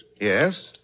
Yes